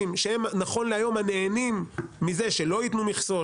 שהם נכון להיום הנהנים מזה שלא ייתנו מכסות,